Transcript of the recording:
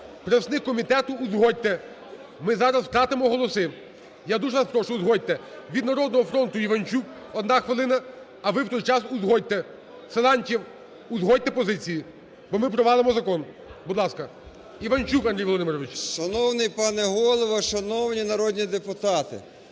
представник комітету узгодьте, ми зараз втратимо голоси. Я дуже вас прошу, узгодьте. Від "Народного фронту" Іванчук – одна хвилина. А ви в той час узгодьте. Силантьєв, узгодьте позиції, бо ми провалимо закон. Будь ласка, Іванчук Андрій Володимирович. 17:31:35 ІВАНЧУК А.В. Шановний пане Голово, шановні народні депутати,